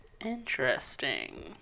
Interesting